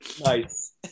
Nice